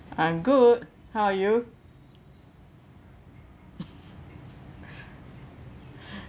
I'm good how are you